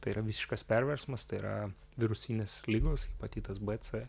tai yra visiškas perversmas tai yra virusinės ligos hepatitas b c